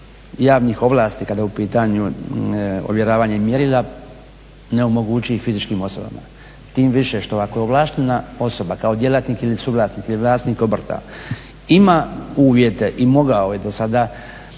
javnih ovlasti kada je u pitanju ovjeravanje mjerila ne omogući i fizičkim osobama tim više što ako je ovlaštena osoba kao djelatnik ili suvlasnik ili vlasnik obrta ima uvjete i mogao je do sada